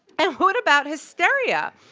and what about hysteria?